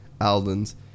Alden's